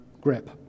grip